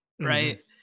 right